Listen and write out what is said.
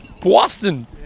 Boston